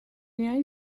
united